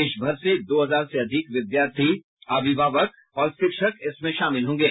देशभर से दो हजार से अधिक विद्यार्थी अभिभावक और शिक्षक इसमें शामिल होंगे